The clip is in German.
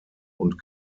und